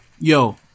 Yo